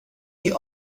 die